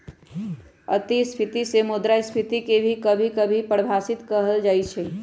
अतिस्फीती से मुद्रास्फीती के भी कभी कभी परिभाषित कइल जा सकई छ